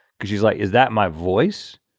because he's like, is that my voice?